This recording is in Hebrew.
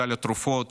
בסל התרופות,